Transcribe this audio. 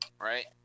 right